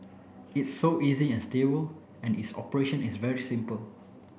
it's so easy and stable and its operation is very simple